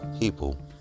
people